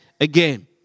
again